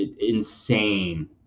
insane